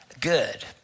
good